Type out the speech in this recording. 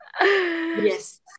Yes